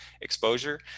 exposure